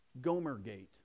Gomergate